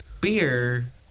beer